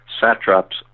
satraps